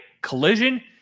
collision